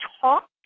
talk